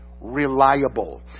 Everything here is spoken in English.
reliable